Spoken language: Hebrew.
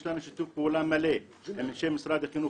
יש לנו שיתוף פעולה מלא עם אנשי משרד החינוך